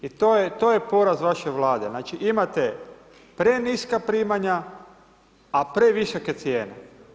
I to je poraz vaše Vlade, znači imate preniska primanja a previsoke cijene.